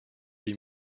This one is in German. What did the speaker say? die